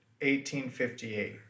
1858